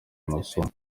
masomo